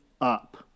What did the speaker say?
up